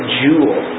jewel